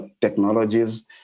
technologies